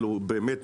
הלוא באמת,